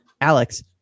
alex